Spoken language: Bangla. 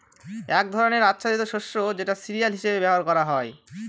এক ধরনের আচ্ছাদিত শস্য যেটা সিরিয়াল হিসেবে ব্যবহার করা হয়